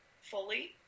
fully